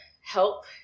Help